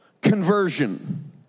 conversion